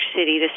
City